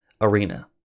arena